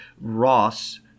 Ross